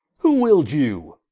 who willed you?